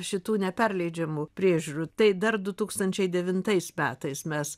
šitų neperleidžiamų priežiūrų tai dar du tūkstančiai devintais metais mes